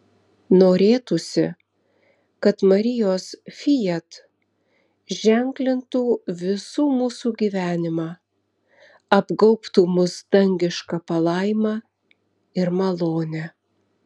norėtųsi kad marijos fiat ženklintų visų mūsų gyvenimą apgaubtų mus dangiška palaima ir malone